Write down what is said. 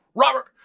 Robert